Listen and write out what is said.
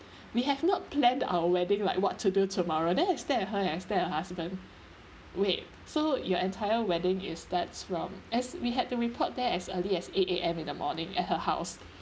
we have not planned our wedding like what to do tomorrow then I stare at her and I stare at her husband wait so your entire wedding it starts from as we had to report there as early as eight A_M in the morning at her house